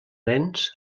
nens